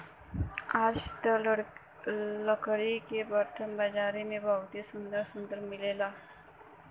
आजकल त लकड़ी के बरतन बाजारी में बहुते सुंदर सुंदर मिलेला